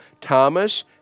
Thomas